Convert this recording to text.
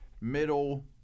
middle